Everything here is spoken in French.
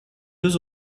jeux